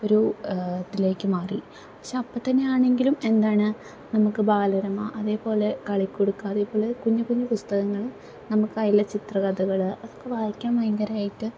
ഒരു ഇതിലേക്ക് മാറി പക്ഷേ അപ്പത്തന്നെ ആണെങ്കിലും എന്താണ് നമുക്ക് ബാലരമ അതേപോലെ കളിക്കുടുക്ക അതേപോലെ കുഞ്ഞി കുഞ്ഞി പുസ്തകങ്ങൾ നമുക്കതിലെ ചിത്രകഥകൾ ഒക്കെ വായിക്കാൻ ഭയങ്കരമായിട്ട്